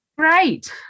great